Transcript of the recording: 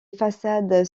façades